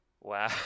wow